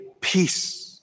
peace